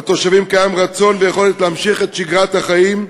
לתושבים יש רצון ויכולת להמשיך את שגרת החיים,